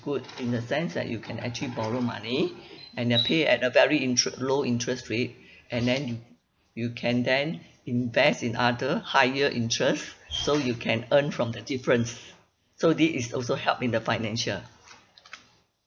good in a sense that you can actually borrow money and their pay at a very interest low interest rate and then you you can then invest in other higher interest so you can earn from the difference so this is also help in the financial